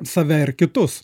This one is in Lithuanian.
save ir kitus